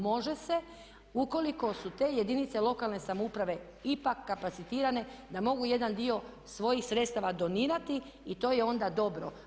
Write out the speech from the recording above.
Može se ukoliko su te jedinice lokalne samouprave ipak kapacitirane da mogu jedan dio svojih sredstava donirati i to je onda dobro.